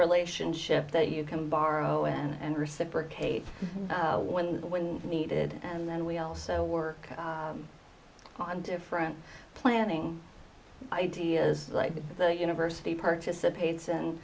relationship that you can borrow and reciprocate when the when needed and then we also work on different planning ideas like the university participates and